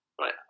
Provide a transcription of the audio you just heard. right